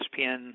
ESPN